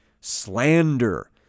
Slander